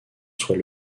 soit